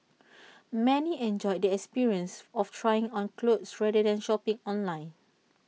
many enjoyed the experience of trying on clothes rather than shopping online